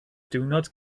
diwrnod